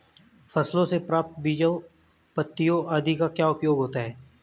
फसलों से प्राप्त बीजों पत्तियों आदि का क्या उपयोग होता है?